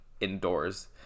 indoors